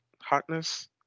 hotness